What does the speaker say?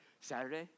Saturday